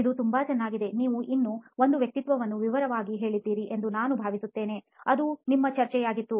ಇದು ತುಂಬಾ ಚೆನ್ನಾಗಿದೆ ನೀವು ಇನ್ನೂ ಒಂದು ವ್ಯಕ್ತಿತ್ವವನ್ನು ವಿವರವಾಗಿ ಹೇಳಿದ್ದೀರಿ ಎಂದು ನಾನು ಭಾವಿಸುತ್ತೇನೆ ಅದು ನಮ್ಮ ಚರ್ಚೆಯಾಗಿತ್ತು